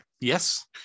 Yes